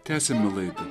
tęsiame laidą